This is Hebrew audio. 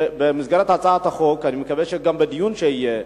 במסגרת הצעת החוק, אני מקווה שגם בדיון שיהיה,